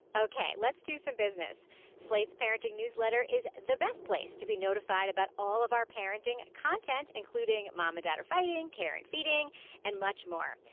ok let's do some business slate's parenting newsletter is the best place to be notified about all of our parenting content including mom and dad are fighting care and feeding and much more.